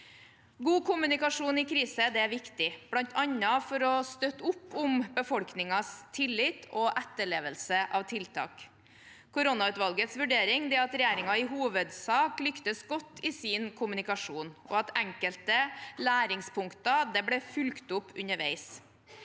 God kommunikasjon i kriser er viktig, bl.a. for å støtte opp om befolkningens tillit og etterlevelse av tiltak. Koronautvalgets vurdering er at regjeringen i hovedsak lyktes godt i sin kommunikasjon, og at enkelte læringspunkter ble fulgt opp underveis.